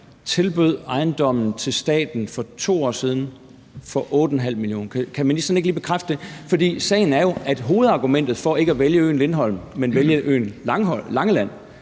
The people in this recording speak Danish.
sælgerne ejendommen til staten for 2 år siden for 8,5 mio. kr. Kan ministeren ikke lige bekræfte det? Sagen er jo, at hovedargumentet for ikke at vælge øen Lindholm, men vælge øen Langeland,